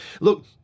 look